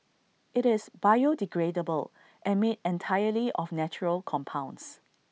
IT is biodegradable and made entirely of natural compounds